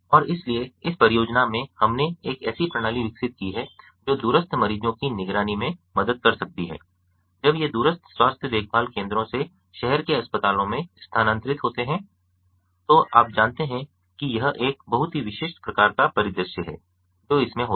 और इसलिए इस परियोजना में हमने एक ऐसी प्रणाली विकसित की है जो दूरस्थ मरीजों की निगरानी में मदद कर सकती है जब वे दूरस्थ स्वास्थ्य देखभाल केंद्रों से शहर के अस्पतालों में स्थानांतरित होते हैं तो आप जानते हैं कि यह एक बहुत ही विशिष्ट प्रकार का परिदृश्य है जो इसमें होता है